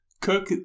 cook